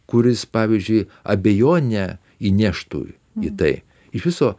kur jis pavyzdžiui abejonę įneštų į tai iš viso